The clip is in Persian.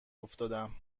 افتادم